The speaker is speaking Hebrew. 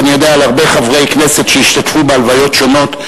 ואני יודע על הרבה חברי כנסת שהשתתפו בהלוויות שונות,